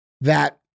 that-